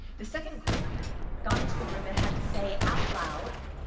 the second group got into the room and had to say out loud,